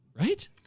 right